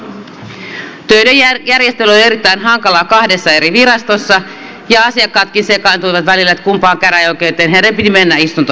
töiden järjestely oli erittäin hankalaa kahdessa eri virastossa ja asiakkaatkin sekaantuivat välillä että kumpaan käräjäoikeuteen heidän piti mennä istuntopaikalle